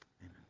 Amen